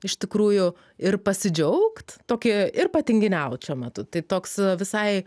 iš tikrųjų ir pasidžiaugt tokį ir patinginiaut šiuo metu tai toks visai